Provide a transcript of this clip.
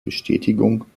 bestätigung